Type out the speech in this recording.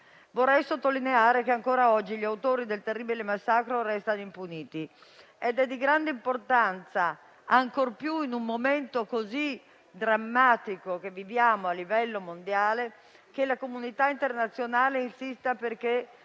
Vorrei sottolineare che ancora oggi gli autori del terribile massacro restano impuniti ed è di grande importanza, ancor più in un momento così drammatico come quello che viviamo a livello mondiale, che la comunità internazionale insista perché